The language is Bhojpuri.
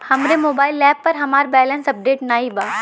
हमरे मोबाइल एप पर हमार बैलैंस अपडेट नाई बा